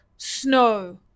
Snow